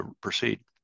proceed